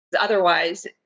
Otherwise